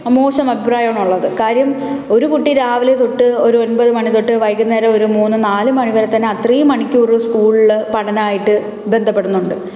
മോശമഭിപ്രായമാണ് ഉള്ളത് കാര്യം ഒരു കുട്ടി രാവിലെ തൊട്ട് ഒരു ഒൻപത് മണിതൊട്ട് വൈകുന്നേരം ഒരു മൂന്നു നാല് മണിവരെത്തന്നെ അത്രയും മണിക്കൂർ സ്കൂളിൽ പഠനമായിട്ട് ബന്ധപ്പെടുന്നുണ്ട്